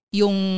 yung